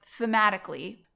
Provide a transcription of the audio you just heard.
thematically